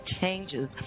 changes